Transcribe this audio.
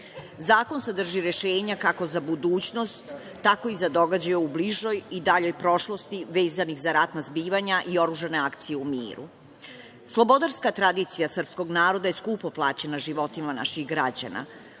Zakon sadrži rešenja kako za budućnost, tako i za događaje u bližoj i daljoj prošlosti vezanih za ratna zbivanja i oružane akcije u miru. Slobodarska tradicija srpskog naroda je skupo plaćena životima naših građana.